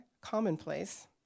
commonplace